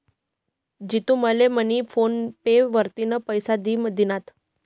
जितू ले मनी PhonePe वरतीन पैसा दि दिनात